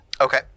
Okay